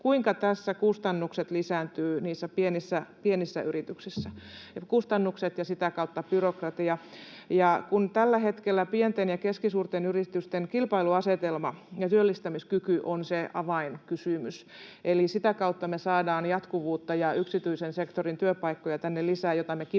kuinka tässä kustannukset lisääntyvät niissä pienissä yrityksissä — kustannukset ja sitä kautta byrokratia. Tällä hetkellä pienten ja keskisuurten yritysten kilpailuasetelma ja työllistämiskyky on se avainkysymys, eli sitä kautta me saadaan jatkuvuutta ja yksityisen sektorin työpaikkoja tänne lisää, joita me kipeästi